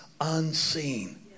unseen